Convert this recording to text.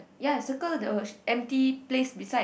ya circle the empty space beside